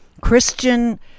Christian